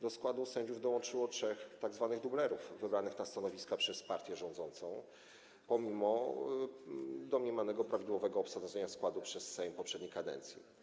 Do składu sędziów dołączyło trzech tzw. dublerów wybranych na stanowiska przez partię rządzącą pomimo domniemanego prawidłowego obsadzenia składu przez Sejm poprzedniej kadencji.